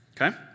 Okay